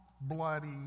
bloody